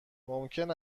ممکن